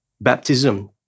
Baptism